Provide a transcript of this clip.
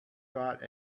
got